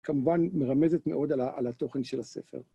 כמובן מרמזת מאוד על התוכן של הספר.